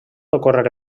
ocórrer